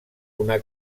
una